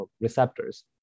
receptors